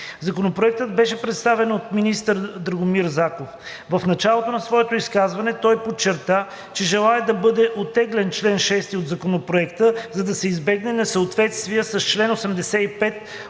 Законопроектът беше представен от министър Драгомир Заков. В началото на своето изказване той подчерта, че желае да бъде оттеглен чл. 6 от Законопроекта, за да се избегне несъответствие с чл. 85